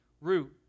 root